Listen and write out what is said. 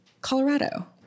Colorado